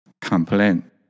Complain